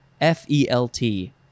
F-E-L-T